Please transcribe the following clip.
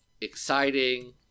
exciting